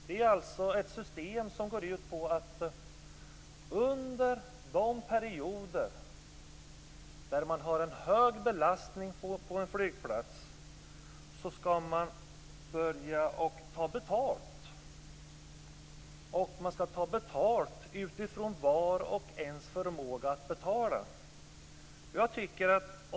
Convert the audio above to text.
Det gäller då ett system som går ut på att man under de perioder då det är en hög belastning på en flygplats skall börja ta betalt utifrån var och ens betalningsförmåga.